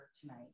tonight